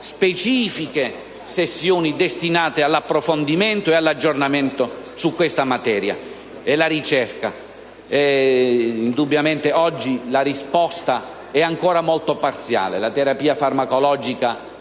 specifiche sessioni destinate all'approfondimento e all'aggiornamento su questa materia. Quanto alla ricerca, indubbiamente oggi la risposta è ancora molto parziale. La terapia farmacologica